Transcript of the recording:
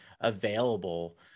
available